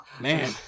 Man